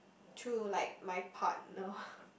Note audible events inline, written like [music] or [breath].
to like my partner [breath]